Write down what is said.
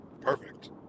Perfect